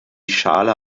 schale